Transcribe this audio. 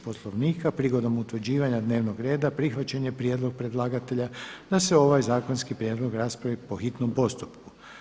Poslovnika prigodom utvrđivanja dnevnog reda prihvaćen je prijedlog predlagatelja da se ovaj zakonski prijedlog raspravi po hitnom postupku.